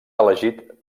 elegit